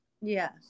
Yes